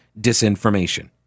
disinformation